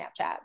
Snapchat